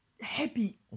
happy